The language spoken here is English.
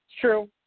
true